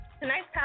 tonight's